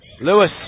Lewis